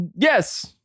Yes